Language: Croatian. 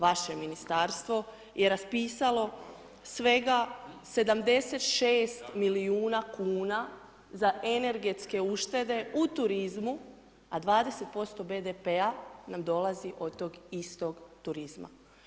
Vaše ministarstvo je raspisalo svega 76 milijuna kuna za energetske uštede u turizmu a 20% BDP-a nam dolazi od tog istog turizma.